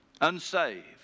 unsaved